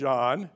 John